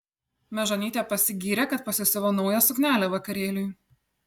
mežonytė pasigyrė kad pasisiuvo naują suknelę vakarėliui